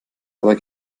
aber